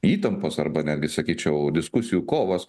įtampos arba netgi sakyčiau diskusijų kovos